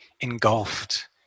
engulfed